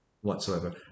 whatsoever